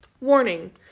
Warning